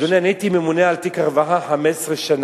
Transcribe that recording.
אדוני, אני הייתי ממונה על תיק הרווחה 15 שנה.